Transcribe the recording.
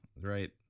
right